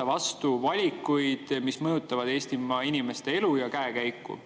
teha valikuid, mis mõjutavad Eestimaa inimeste elu ja käekäiku.